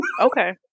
Okay